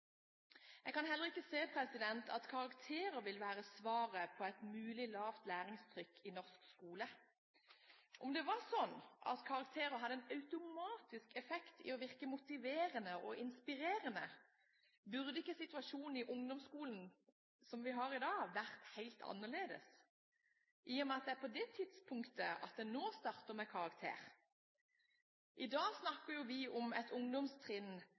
Jeg kan heller ikke se at karakterer vil være svaret på et mulig lavt læringstrykk i norsk skole. Om det var slik at karakterer hadde en automatisk effekt når det gjelder å virke motiverende og inspirerende, burde ikke situasjonen i ungdomsskolen, som vi har i dag, vært helt annerledes, i og med at det er på det tidspunktet en starter med karakterer? I dag snakker vi om et ungdomstrinn